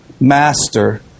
master